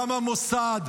גם המוסד.